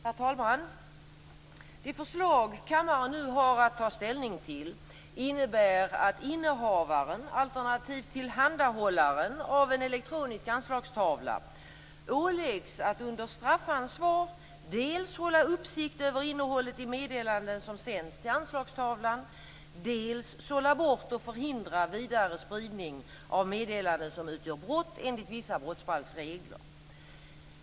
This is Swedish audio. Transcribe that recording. Herr talman! Det förslag kammaren nu har att ta ställning till innebär att innehavaren alternativt tillhandahållaren av en elektronisk anslagstavla åläggs att under straffansvar dels hålla uppsikt över innehållet i meddelanden som sänds till anslagstavlan, dels sålla bort och förhindra vidare spridning av meddelanden som utgör brott enligt vissa brottsbalksregler.